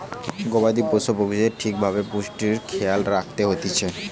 গবাদি পোষ্য পশুদের ঠিক ভাবে পুষ্টির খেয়াল রাখত হতিছে